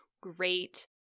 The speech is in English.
great